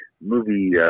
movie